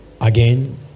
again